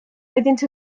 oeddynt